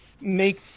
Make